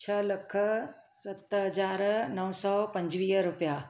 छह लख सत हज़ार नव सौ पंजवीह रूपिया